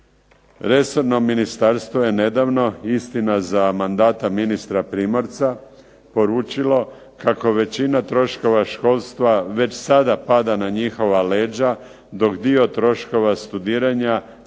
Resorno ministarstvo je nedavno, istina za mandata ministra Primorca, poručilo kako većina troškova školstva već sada pada na njihova leđa dok dio troškova studiranja plaća